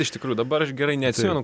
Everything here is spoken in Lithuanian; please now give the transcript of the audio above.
iš tikrųjų dabar aš gerai neatsimenu